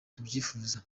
tubyifuza